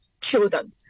children